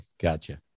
Gotcha